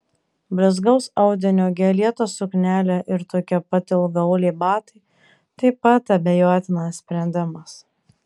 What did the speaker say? blizgaus audinio gėlėta suknelė ir tokie pat ilgaauliai batai taip pat abejotinas sprendimas